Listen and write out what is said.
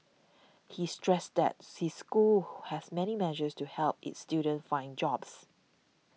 he stressed that's his school has many measures to help its students find jobs